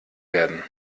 werden